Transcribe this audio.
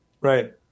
Right